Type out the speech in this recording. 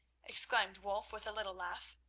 exclaimed wulf, with a little laugh.